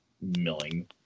milling